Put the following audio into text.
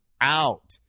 out